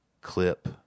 clip